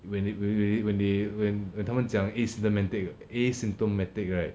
when it when when when they when 他们讲 asymptemati~ asymptomatic right